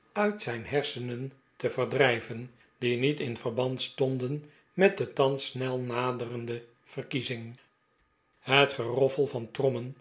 uit zijn hersenen te verdrijven die niet in verband stonden met de thans snel naderende verkiezing het geroffel van trommen